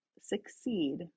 Succeed